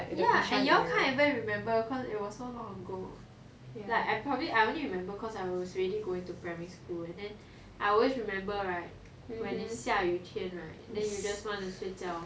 ya and you all can't even remember cause it was so long ago like I probably I only remember cause I was already going to primary school and then I always remember right when it's 下雨天 right then you just want to 睡觉